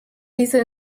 diese